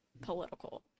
political